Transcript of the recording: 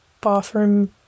bathroom